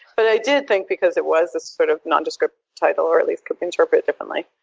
but i did think because it was a sort of nondescript title, or at least could be interpreted differently,